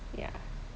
yeah